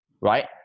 Right